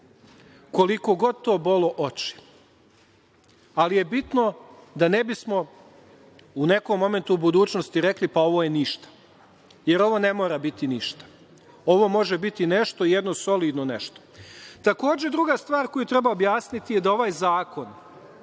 koliko god to bolo oči. Bitno je da ne bismo u nekom momentu u budućnosti rekli – pa, ovo je ništa, jer ovo ne mora biti ništa. Ovo može biti nešto, jedno solidno nešto. Takođe, druga stvar koju treba objasniti je da ovaj zakon,